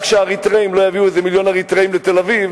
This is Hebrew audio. רק שלא יביאו איזה מיליון אריתריאים לתל-אביב,